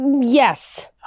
Yes